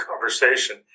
conversation